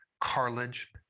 cartilage